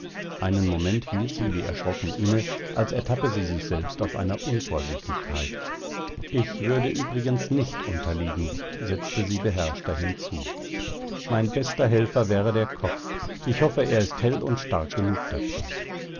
einen moment hielt sie wie erschrocken inne als ertappe sie sich selbst auf einer unvorsichtigkeit ich würde übrigens nicht unterliegen setzte sie beherrschter hinzu mein bester helfer wäre der kopf ich hoffe er ist hell und stark genug dazu